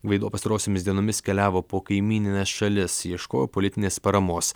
gvaido pastarosiomis dienomis keliavo po kaimynines šalis ieškojo politinės paramos